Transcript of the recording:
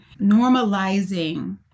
normalizing